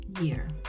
year